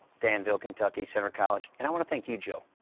danville, kentucky, centre college. and i want to thank you, joe.